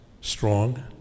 strong